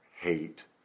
hate